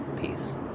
peace